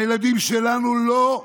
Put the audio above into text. הילדים שלנו לא,